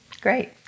Great